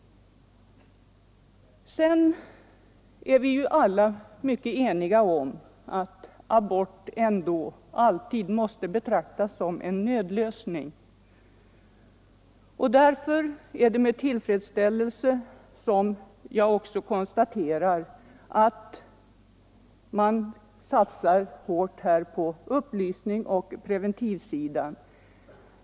Vi är vidare alla eniga om att abort alltid måste betraktas som en nödlösning. Det är därför med tillfredsställelse som jag konstaterar att man i lagförslaget satsar hårt på upplysning och på det preventiva området.